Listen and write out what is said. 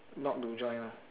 not to join ah